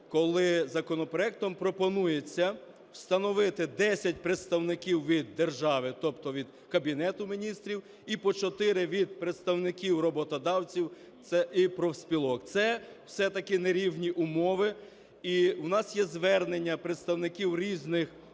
коли законопроектом пропонується встановити 10 представників від держави, тобто від Кабінету Міністрів, і по 4 від представників роботодавців і профспілок. Це все-таки не рівні умови. І у нас є звернення представників різних